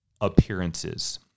appearances